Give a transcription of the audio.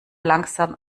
langsam